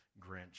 Grinch